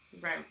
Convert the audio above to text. Right